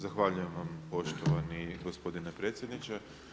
Zahvaljujem vam poštovani gospodine predsjedniče.